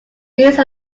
used